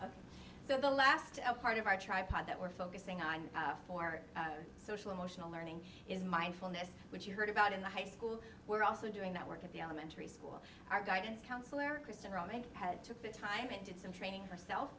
so the last part of our tripod that we're focusing on for social emotional learning is mindfulness which you heard about in the high school we're also doing that work at the elementary school our guidance counselor christine romans had took the time and did some training herself